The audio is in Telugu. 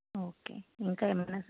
ఓకే ఇంకా ఏమైనా